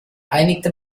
einigte